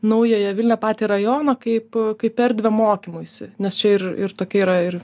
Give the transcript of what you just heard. naująją vilnią patį rajoną kaip kaip erdvę mokymuisi nes čia ir ir tokia yra ir